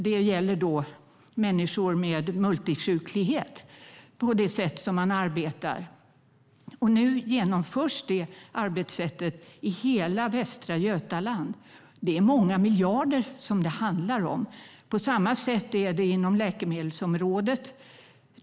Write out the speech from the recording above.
Det gäller människor med multisjuklighet. Nu genomförs det arbetssättet i hela Västra Götaland. Det är många miljarder det handlar om. På samma sätt är det inom läkemedelsområdet.